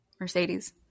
Mercedes